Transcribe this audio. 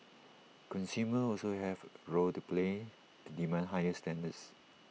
consumers also have A rolled to play to demand higher standards